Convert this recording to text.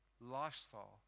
lifestyle